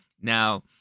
Now